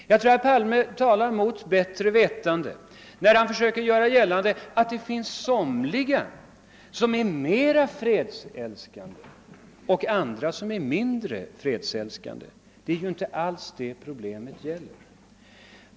Jag tror att herr Palme talar mot bättre vetande när han försöker göra gällande att det finns somliga som är mer fredsälskande och andra som är mindre fredsälskande. Det är ju inte detta saken gäller.